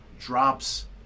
drops